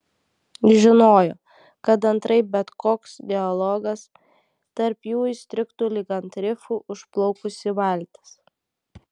žinojo kad antraip bet koks dialogas tarp jų įstrigtų lyg ant rifų užplaukusi valtis